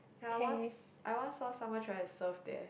ya I once I once saw someone trying to surf there